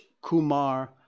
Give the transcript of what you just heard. Kumar